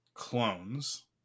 clones